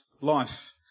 life